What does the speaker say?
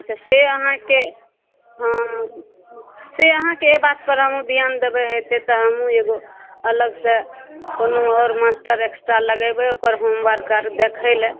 अच्छासँ अहाँके हँ से अहाँके एहि बातपर हमहुँ धिआन देबै हेतै तऽ हमहूँ एगो अलगसँ कोनो आओर मास्टर एक्स्ट्रा लगेबै ओकर होमवर्क आओर देखैलए